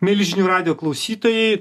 mieli žinių radijo klausytojai